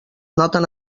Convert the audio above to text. noten